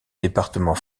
département